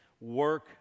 work